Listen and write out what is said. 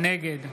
נגד